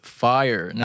fire